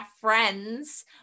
friends